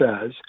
says